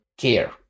care